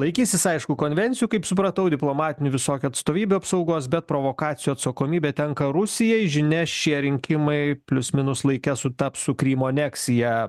laikysis aišku konvencijų kaip supratau diplomatinių visokių atstovybių apsaugos bet provokacijų atsakomybė tenka rusijai žinia šie rinkimai plius minus laike sutaps su krymo aneksija